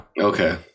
Okay